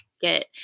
get